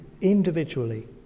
individually